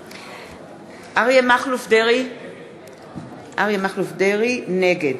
(קוראת בשמות חברי הכנסת) אריה מכלוף דרעי, נגד